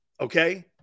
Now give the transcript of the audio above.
Okay